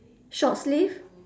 short sleeve